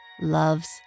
loves